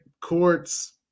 courts